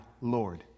Lord